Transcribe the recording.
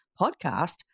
podcast